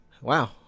Wow